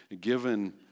given